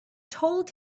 told